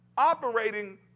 operating